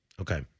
Okay